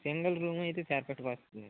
single room ఇది సపరేట్గా వస్తుంది